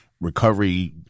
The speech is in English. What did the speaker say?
recovery